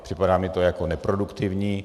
Připadá mi to jako neproduktivní.